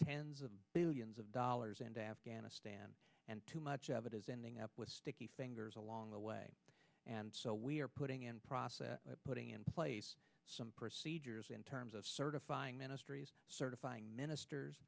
tens of billions of dollars and afghanistan and too much of it is ending up with sticky fingers along the way and so we are putting in process putting in place some procedures in terms of certifying ministries certifying ministers